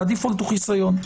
ה-default הוא חיסיון.